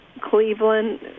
Cleveland